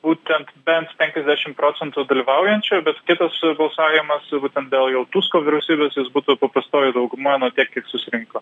būtent bent penkiasdešimt procentų dalyvaujančių bet kitas balsavimas būtent dėl jau tusko vyriausybės jis būtų paprastoji dauguma na tiek kiek susirinko